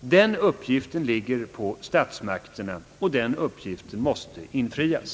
Den uppgiften ligger på statsmakterna, och den uppgiften måste infrias.